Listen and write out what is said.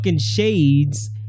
shades